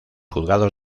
juzgados